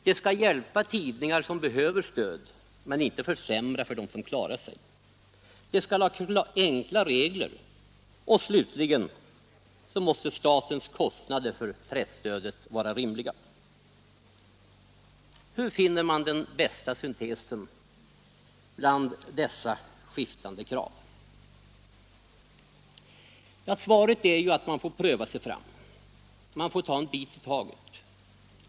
Det skall hjälpa tidningar som behöver stöd men inte försämra för dem som klarar sig. Det skall ha enkla regler. Och slutligen måste statens kostnader för presstödet vara rimliga. Hur finner man den bästa syntesen av dessa skiftande krav? Svaret är att man får pröva sig fram. Man får ta en bit i taget.